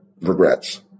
regrets